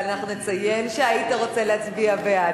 אבל אנחנו נציין שהיית רוצה להצביע בעד.